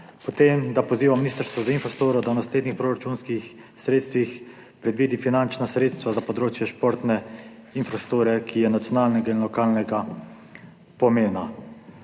Potem pozivata Ministrstvo za infrastrukturo, da v naslednjih proračunskih sredstvih predvidi finančna sredstva za področje športne infrastrukture, ki je nacionalnega in lokalnega pomena.